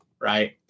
right